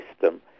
system